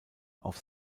auf